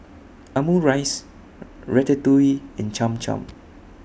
Omurice Ratatouille and Cham Cham